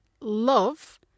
love